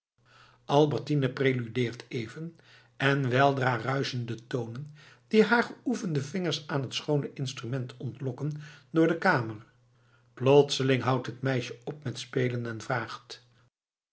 albertine preludeert even en weldra ruischen de toonen die haar geoefende vingers aan het schoone instrument ontlokken door de kamer plotseling houdt het meisje op met spelen en vraagt